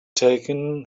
taken